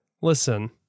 Listen